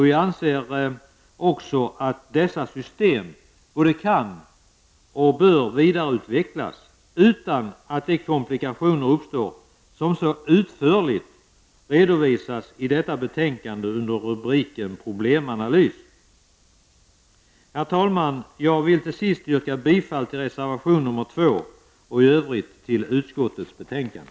Vi anser också att dessa system både kan och bör vidareutvecklas utan att de komplikationer uppstår som så utförligt redovisas i betänkandet under rubriken Problemanalys. Herr talman! Jag vill till sist yrka bifall till reservation nr 2 och i övrigt till hemställan i utskottets betänkande.